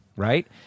Right